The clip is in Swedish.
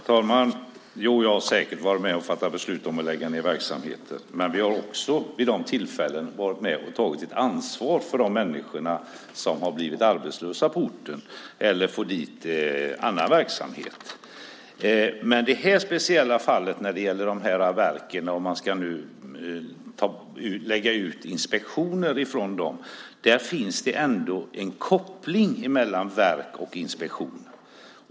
Herr talman! Jag har säkert varit med om att fatta beslut om att lägga ned verksamheter. Men vi har också vid de tillfällena varit med och tagit ett ansvar för de människor som har blivit arbetslösa på orten genom att få dit annan verksamhet. I det här speciella fallet, som gäller att man nu ska lägga ut inspektioner från de här verken, finns det ändå en koppling mellan verk och inspektion.